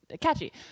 Catchy